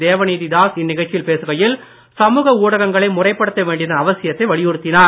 தேவநீதி தாஸ் இந்நிகழ்ச்சியில் பேசுகையில் சமுக ஊடகங்களை முறைப்படுத்த வேண்டியதன் அவசியத்தை வலியுறுத்தினார்